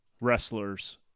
wrestlers